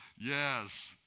Yes